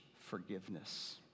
forgiveness